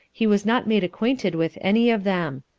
he was not made acquainted with any of them.